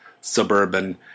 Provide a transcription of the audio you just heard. suburban